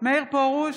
מאיר פרוש,